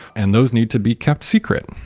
and those need to be kept secret,